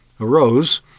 arose